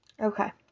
Okay